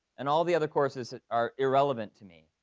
and all of the other courses are irrelevant to me,